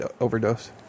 overdose